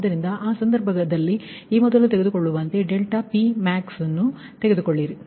ಆದ್ದರಿಂದ ಆ ಸಂದರ್ಭದಲ್ಲಿ ಈ ಮೊದಲು ತೆಗೆದುಕೊಳ್ಳುವಂತೆಯೇ ∆Pmax ಅನ್ನು ತೆಗೆದುಕೊಳ್ಳಿರಿ